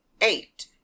eight